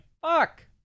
fuck